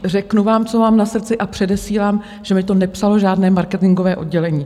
Řeknu vám, co mám na srdci, a předesílám, že mi to nepsalo žádné marketingové oddělení.